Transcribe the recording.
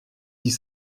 dit